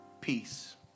peace